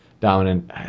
dominant